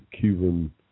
Cuban